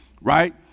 right